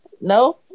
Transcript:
no